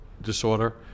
disorder